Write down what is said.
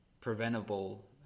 preventable